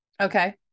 Okay